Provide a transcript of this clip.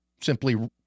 simply